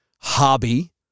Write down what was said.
Hobby